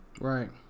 Right